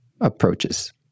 approaches